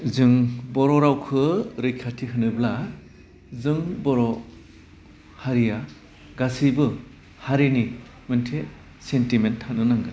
जों बर' रावखौ रैखाथि होनोब्ला जों बर' हारिया गासैबो हारिनि मोनसे सेन्टिमेन्ट थानो नांगोन